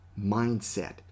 mindset